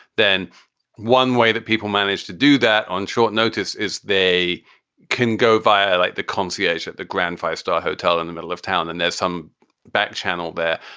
then one way that people manage to do that on short notice is they can go via like the concierge at the grand five star hotel in the middle of town and there's some backchannel there.